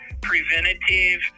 preventative